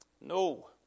No